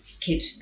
kid